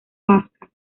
vasca